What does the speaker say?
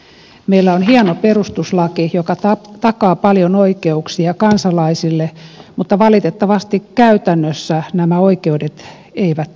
meillä on hieno perustuslaki joka takaa paljon oikeuksia kansalaisille mutta valitettavasti käytännössä nämä oikeudet eivät toteudu